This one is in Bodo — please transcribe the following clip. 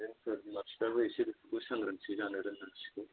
बिमा बिफायाबो एसे सांग्रांथि जानो रोंनांसिगौ